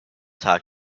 tag